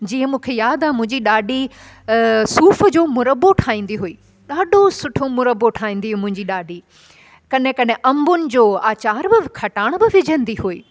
जीअं मूंखे यादि आहे मुंहिंजी ॾाॾी सूफ़ जो मुरबो ठाहींदी हुई ॾाढो सुठो मुरबो ठाहींदी हुई मुंहिंजी ॾाॾी कॾहिं कॾहिं अम्बनि जो अचार खटाण बि विझंदी हुई